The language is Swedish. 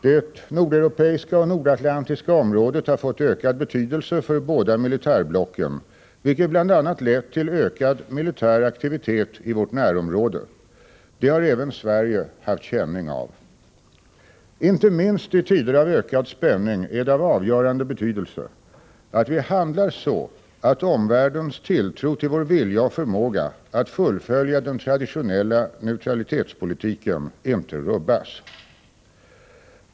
Det nordeuropeiska och nordatlantiska området har fått ökad betydelse för båda militärblocken, vilket bl.a. lett till ökad militär aktivitet i vårt närområde. Det har även Sverige haft känning av. Inte minst i tider av ökad spänning är det av avgörande betydelse att vi handlar så att omvärldens tilltro till vår vilja och förmåga att fullfölja den traditionella neutralitetspolitiken inte rubbas.